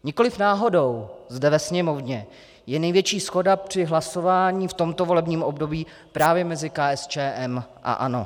Nikoliv náhodou zde ve Sněmovně je největší shoda při hlasování v tomto volebním období právě mezi KSČM a ANO.